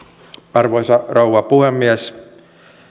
arvoisa rouva puhemies